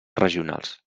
regionals